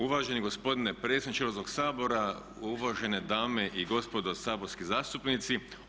Uvaženi gospodine predsjedniče Hrvatskog sabora, uvažene dame i gospodo saborski zastupnici.